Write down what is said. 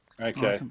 Okay